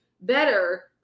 better